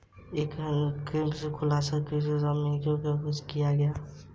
bank डकैती के इतिहास में अमेरिका का जैसी जेम्स सबसे कुख्यात लुटेरा था